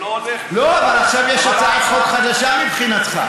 אני לא, לא, אבל עכשיו יש הצעת חוק חדשה, מבחינתך.